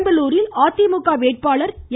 பெரம்பலூரில் அதிமுக வேட்பாளர் என்